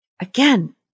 Again